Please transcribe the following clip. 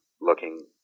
looking